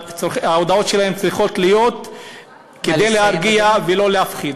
ההודעות שלהם צריכות להיות כדי להרגיע ולא להפחיד.